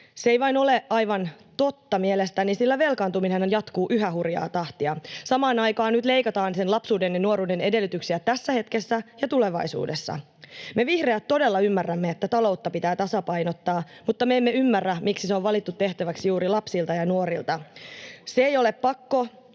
mielestäni ole aivan totta, sillä velkaantuminenhan jatkuu yhä hurjaa tahtia. Samaan aikaan nyt leikataan lapsuuden ja nuoruuden edellytyksiä tässä hetkessä ja tulevaisuudessa. Me vihreät todella ymmärrämme, että ta-loutta pitää tasapainottaa, mutta me emme ymmärrä, miksi se on valittu tehtäväksi juuri lapsilta ja nuorilta. Se ei ole pakko,